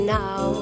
now